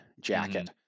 jacket